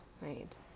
Right